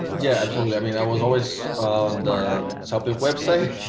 yeah, absolutely i mean i was always the shopping website